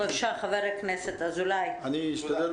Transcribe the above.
אני אשתדל